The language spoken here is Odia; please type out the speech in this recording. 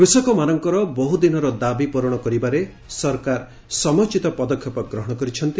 କୃଷକମାନଙ୍କର ବହୁଦିନର ଦାବି ପ୍ରରଣ କରିବାରେ ସରକାର ସମୟୋଚିତ ପଦକ୍ଷେପ ଗ୍ରହଣ କରିଛନ୍ତି